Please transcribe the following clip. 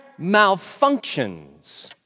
malfunctions